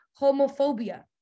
homophobia